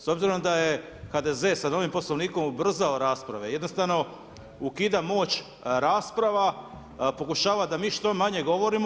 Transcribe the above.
S obzirom da je HDZ-e sa novim Poslovnikom ubrzao rasprave, jednostavno ukida moć rasprava, pokušava da mi što manje govorimo.